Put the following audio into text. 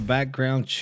Background